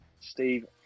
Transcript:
Steve